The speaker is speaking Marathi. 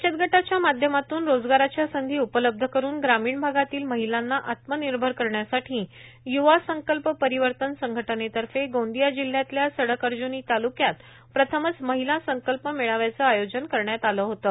बचत गटाच्या माध्यमातून रोजगाराच्या संधी उपलब्ध करून ग्रामीण भागातल्या महिलांना आत्मनिर्भर करण्यासाठी यवा संकल्प परिवर्तन संघटनेतर्फे गोंदिया जिल्ह्यातल्या सडक अर्जुनी तालुक्यात प्रथमच महिला संकल्प मेळाव्याचं आयोजन करण्यात आलं होतं